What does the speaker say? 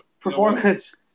performance